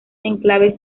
enclaves